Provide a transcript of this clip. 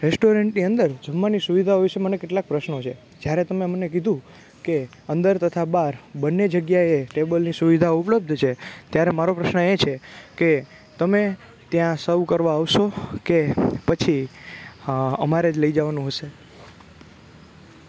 રેસ્ટોરન્ટની અંદર જમવાની સુવિધા વિશે મને કેટલાંક પ્રશ્નો છે જ્યારે તમે મને કીધું કે અંદર તથા બહાર બંને જગ્યાએ ટેબલની સુવિધા ઉપલબ્ધ છે ત્યારે મારો પ્રશ્ન એ છે કે તમે ત્યાં સર્વ કરવા આવશો કે પછી અમારે જ લઈ જવાનું હશે